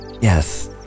Yes